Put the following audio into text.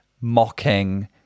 mocking